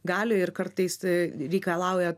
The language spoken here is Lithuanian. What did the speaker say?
galioje ir kartais reikalauja